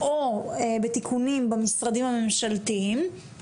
או בתיקונים במשרדים הממשלתיים,